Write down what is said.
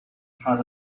had